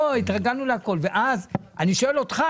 אני שואל אותך,